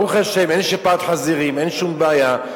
ברוך השם, אין שפעת חזירים, אין שום בעיה.